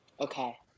Okay